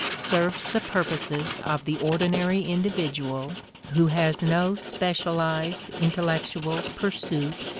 serves the purposes of the ordinary individual who has no specialized intellectual pursuit,